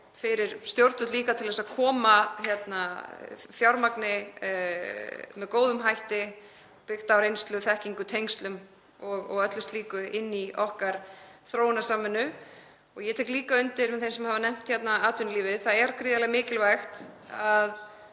fyrir stjórnvöld, líka til að koma fjármagni með góðum hætti, byggt á reynslu, þekkingu og tengslum og öllu slíku, inn í okkar þróunarsamvinnu. Ég tek líka undir með þeim sem hafa nefnt hérna atvinnulífið. Það er gríðarlega mikilvægt að